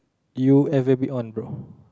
you ever been on bro